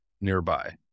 nearby